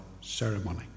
ceremony